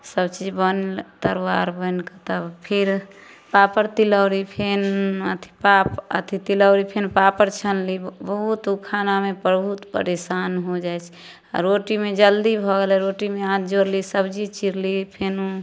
सबचीज बनल तरुआ आर बनि कऽ तब फिर पापड़ तिलौरी फेर अथी पापड़ अथी तिलौरी फेर पापड़ छनली बहुत ओ खानामे बहुत परेशान हो जाइ छी आ रोटीमे जल्दी भऽ गेलै रोटीमे आँच जोरली सब्जी चीरली फेरो